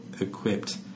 equipped